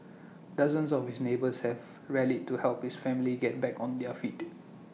dozens of his neighbours have rallied to help his family get back on their feet